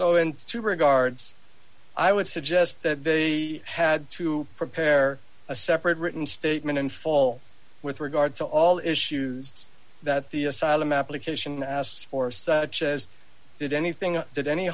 and to regards i would suggest that he had to prepare a separate written statement in fall with regard to all issues that the asylum application asked for such as did anything or did any